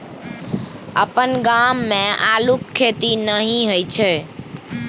अपन गाम मे अल्लुक खेती नहि होए छै